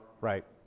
Right